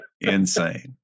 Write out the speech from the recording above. insane